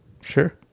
Sure